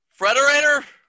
Frederator